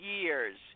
years